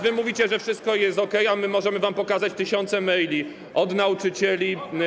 Wy mówicie, że wszystko jest okej, a my możemy wam pokazać tysiące maili od nauczycieli.